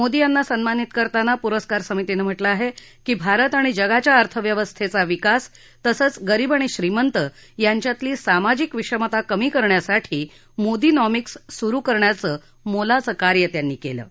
मोदी यांना सन्मानित करताना पुरस्कार समितीनं म्हटलयं की त्यांनी भारत आणि जगाच्या अर्थव्यवस्थेचा विकास तसंच गरीब आणि श्रीमंत यांच्यातली सामाजिक विषमता कमी करण्यासाठी मोदीनॉमिक्सि सुरु करण्याचं मोलाचं कार्य केलं आहे